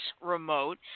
remote